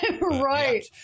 Right